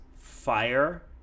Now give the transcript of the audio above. fire